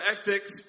ethics